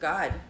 God